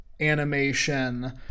animation